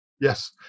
Yes